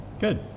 Good